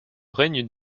règne